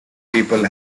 people